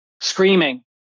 Screaming